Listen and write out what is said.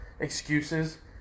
excuses